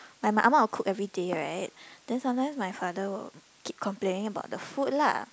my ah ma will cook everyday right then sometimes my father will keep complaining about the food lah